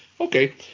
Okay